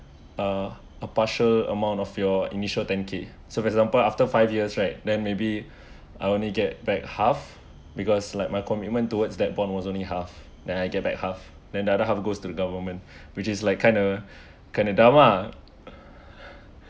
uh a partial amount of your initial ten k so for example after five years right then maybe I only get back half because like my commitment towards that bond was only half then I get back half then the other half goes to the government which is like kind a kind a dump mah